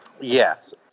Yes